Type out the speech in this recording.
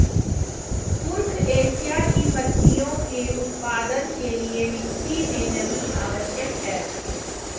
कुरुख एशिया की पत्तियों के उत्पादन के लिए मिट्टी मे नमी आवश्यक है